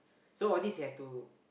so all this you have to